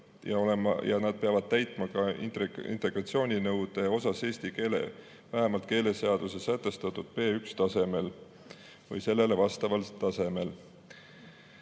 ja nad peavad täitma integratsiooninõuet ehk [oskama] eesti keelt vähemalt keeleseaduses sätestatud B1-tasemel või sellele vastaval tasemel.